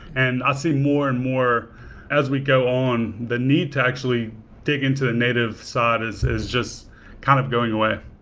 and i see more and more as we go on, the need to actually dig into a native side is is just kind of going away.